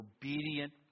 obedient